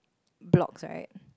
blocks right